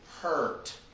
hurt